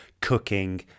cooking